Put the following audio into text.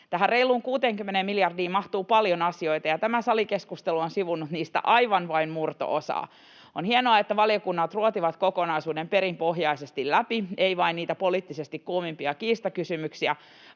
reiluun 60 miljardiin mahtuu paljon asioita, ja tämä salikeskustelu on sivunnut niistä vain aivan murto-osaa. On hienoa, että valiokunnat ruotivat kokonaisuuden perinpohjaisesti läpi, eivät vain niitä poliittisesti kuumimpia kiistakysymyksiä